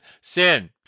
sin